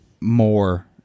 more